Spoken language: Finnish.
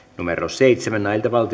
seitsemän